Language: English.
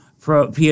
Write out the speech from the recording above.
pro